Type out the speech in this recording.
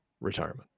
retirement